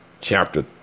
chapter